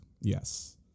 yes